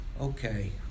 okay